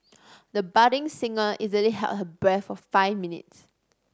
the budding singer easily held her breath for five minutes